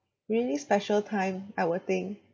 really special time I will think